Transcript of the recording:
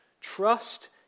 Trust